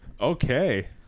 Okay